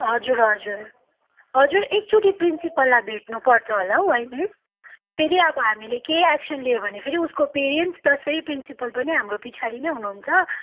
हजुर हजुर हजुर एक चोटि प्रिन्सिपललाई भेट्नु पर्छ होला हौ है मिस फेरि अब हामीले केही एक्सन लियो भने फेरि उसको पेरेन्ट्स प्लस प्रिन्सिपल पनि हाम्रो पछाडि नै हुनु हुन्छ